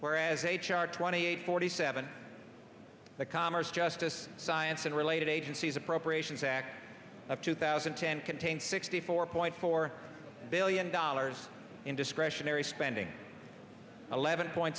whereas h r twenty eight forty seven the commerce justice science and related agencies appropriations act of two thousand and ten contains sixty four point four billion dollars in discretionary spending eleven point